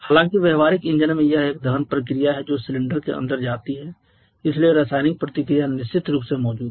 हालांकि व्यावहारिक इंजन में यह एक दहन प्रतिक्रिया है जो सिलेंडर के अंदर जाती है इसलिए रासायनिक प्रतिक्रिया निश्चित रूप से मौजूद है